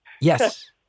Yes